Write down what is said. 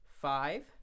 Five